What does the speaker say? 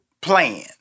plan